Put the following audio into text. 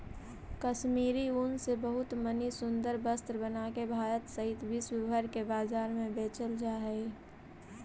कश्मीरी ऊन से बहुत मणि सुन्दर वस्त्र बनाके भारत सहित विश्व भर के बाजार में बेचल जा हई